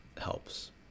helps